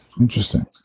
Interesting